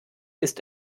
ist